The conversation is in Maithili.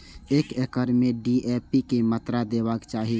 एक एकड़ में डी.ए.पी के मात्रा देबाक चाही?